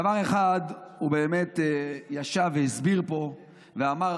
דבר אחד הוא באמת ישב והסביר פה ואמר